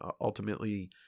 ultimately